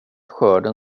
skörden